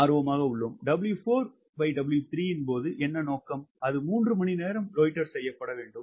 W4W3 இன் போது என்ன நோக்கம் அது 3 மணிநேரம் லோய்ட்டர் செய்ய பட வேண்டும்